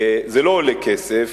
זה לא עולה כסף,